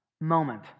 moment